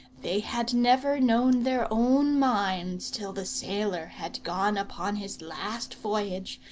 they had never known their own minds till the sailor had gone upon his last voyage,